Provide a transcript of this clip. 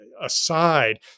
aside